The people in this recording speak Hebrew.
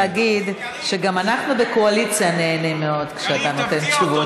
להגיד שגם אנחנו בקואליציה נהנים מאוד כשאתה נותן תשובות.